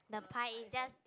the pie is just